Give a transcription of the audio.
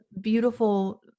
beautiful